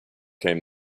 came